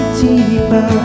deeper